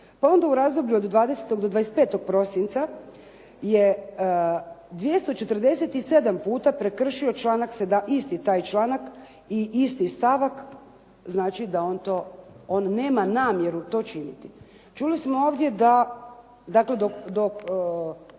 Pa onda u razdoblju od 20. do 25. prosinca je 247 puta prekršio isti taj članak i isti stavak. Znači da on to, on nema namjeru to činiti. Čuli smo ovdje da, dakle do